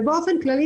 באופן כללי,